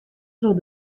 troch